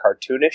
cartoonish